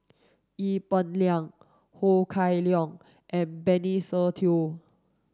Ee Peng Liang Ho Kah Leong and Benny Se Teo